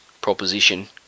proposition